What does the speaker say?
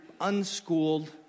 unschooled